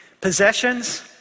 Possessions